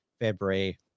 February